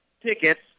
tickets